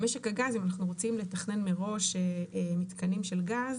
משק הגז, אם אנחנו רוצים לתכנן מראש מתקנים של גז,